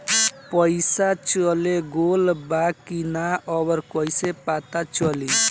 पइसा चल गेलऽ बा कि न और कइसे पता चलि?